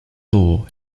law